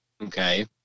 okay